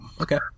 okay